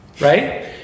right